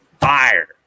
fire